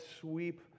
sweep